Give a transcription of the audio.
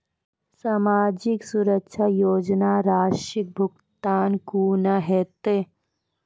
समाजिक सुरक्षा योजना राशिक भुगतान कूना हेतै?